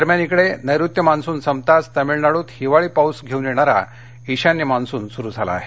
दरम्यान क्रेडे नेऋत्य मान्सून संपताच तामिळनाडूत हिवाळी पाऊस घेऊन येणारा ईशान्य मान्सुन सुरू झाला आहे